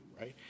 Right